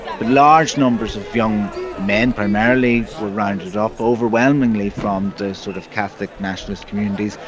but large numbers of young men primarily were rounded up, overwhelmingly from the sort of catholic nationalist communities,